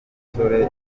ushobora